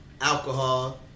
alcohol